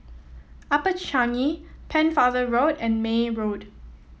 Upper Changi Pennefather Road and May Road